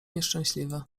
nieszczęśliwy